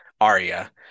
Aria